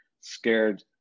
scared